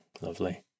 Lovely